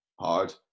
hard